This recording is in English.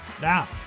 Now